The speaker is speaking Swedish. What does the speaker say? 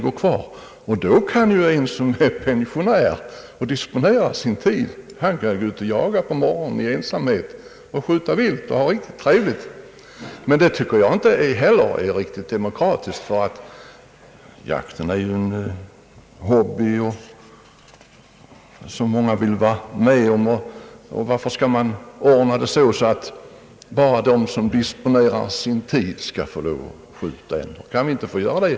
Då kan den som är pensionär och disponerar sin tid gå ut i ensamhet och skjuta vilt och ha riktigt trevligt. Det är emellertid inte alldeles demokratiskt, ty jakten är en hobby som många vill vara med om. Varför skall man då ordna den så att bara de som råder över sin tid får lov att skjuta änder? Kan vi inte alla få göra det?